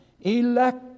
elect